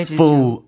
full